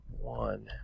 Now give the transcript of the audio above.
one